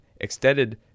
extended